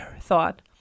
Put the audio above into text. thought